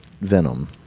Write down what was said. Venom